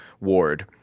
ward